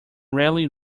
rarely